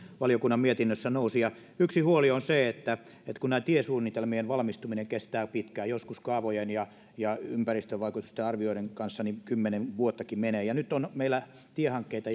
valiokunnan mietinnössä nousivat yksi huoli on se että kun näiden tiesuunnitelmien valmistuminen kestää pitkään joskus kaavojen ja ja ympäristövaikutusten arvioiden kanssa menee kymmenenkin vuotta niin nyt on meillä tiehankkeita